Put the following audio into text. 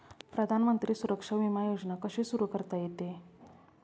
प्रधानमंत्री सुरक्षा विमा योजना कशी सुरू करता येते?